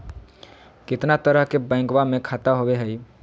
कितना तरह के बैंकवा में खाता होव हई?